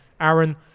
Aaron